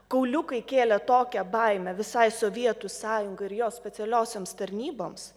kauliukai kėlė tokią baimę visai sovietų sąjungai ir jos specialiosioms tarnyboms